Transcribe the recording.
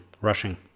rushing